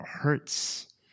hurts